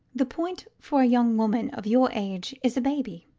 the point for a young woman of your age is a baby.